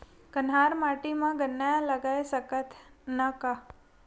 कन्हार माटी म गन्ना लगय सकथ न का?